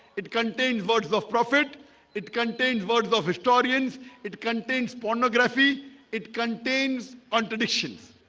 it contains words of prophet it contains words of historians it contains pornography it contains on traditions.